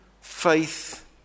faith